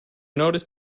notice